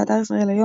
באתר ישראל היום,